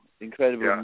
incredible